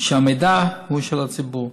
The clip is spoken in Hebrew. שהמידע הוא של הציבור.